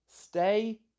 Stay